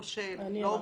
כושל, לא מותאם,